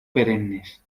perennes